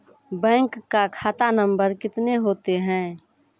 Bank का खाता number कितने होते हैं?